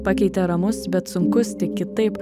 pakeitė ramus bet sunkus tik kitaip